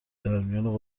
درمیان